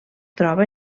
troba